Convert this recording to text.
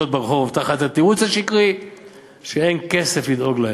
ברחוב תחת התירוץ השקרי שאין כסף לדאוג להם,